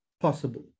possible